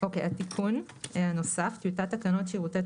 התיקון הנוסף טיוטת תקנות שירותי